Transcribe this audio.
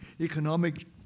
Economic